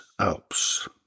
Alps